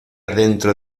dentro